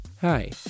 Hi